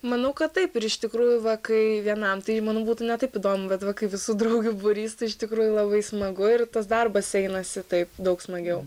manau kad taip ir iš tikrųjų va kai vienam tai manau būtų ne taip įdomu bet va kai visų draugių būrys tai iš tikrųjų labai smagu ir tas darbas einasi taip daug smagiau